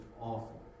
awful